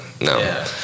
no